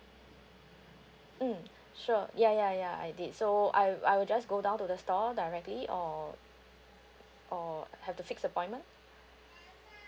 mm sure ya ya ya I did so I I will just go down to the store directly or or have to fix appointment